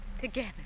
Together